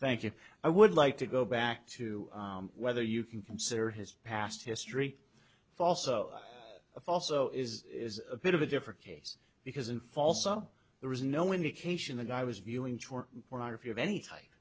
thank you i would like to go back to whether you can consider his past history also of also is a bit of a different case because in falso there was no indication the guy was viewing pornography of any type